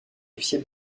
officiel